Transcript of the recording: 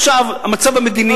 עכשיו, המצב המדיני.